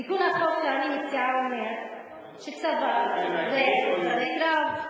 תיקון החוק שאני מציעה אומר שצבא זה שדה קרב,